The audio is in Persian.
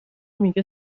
میگه